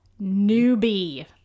newbie